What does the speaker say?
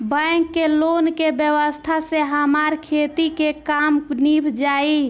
bank के loan के व्यवस्था से हमार खेती के काम नीभ जाई